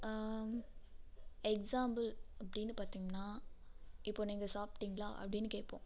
example அப்படின்னு பார்த்திங்கன்னா இப்போ நீங்கள் சாப்பிட்டீங்களா அப்படின்னு கேட்போம்